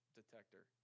detector